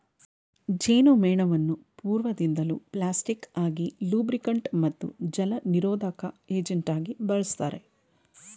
ಜೇನುಮೇಣವನ್ನು ಪೂರ್ವದಿಂದಲೂ ಪ್ಲಾಸ್ಟಿಕ್ ಆಗಿ ಲೂಬ್ರಿಕಂಟ್ ಮತ್ತು ಜಲನಿರೋಧಕ ಏಜೆಂಟಾಗಿ ಬಳುಸ್ತಾರೆ